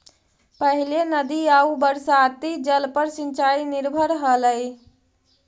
पहिले नदी आउ बरसाती जल पर सिंचाई निर्भर हलई